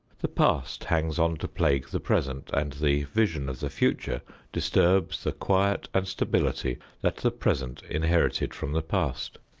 the past hangs on to plague the present, and the vision of the future disturbs the quiet and stability that the present inherited from the past.